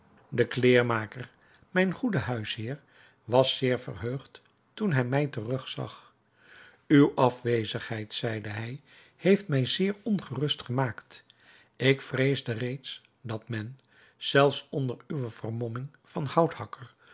de kleermaker mijn goede huisheer was zeer verheugd toen hij mij terug zag uwe afwezigheid zeide hij heeft mij zeer ongerust gemaakt ik vreesde reeds dat men zelfs onder uwe vermomming van houthakker